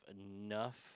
enough